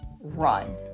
Run